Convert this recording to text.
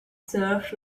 served